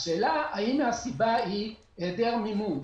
והשאלה היא אם הסיבה היא העדר מימון.